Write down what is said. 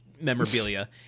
memorabilia